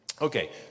Okay